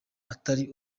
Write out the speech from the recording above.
atari